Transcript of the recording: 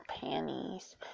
panties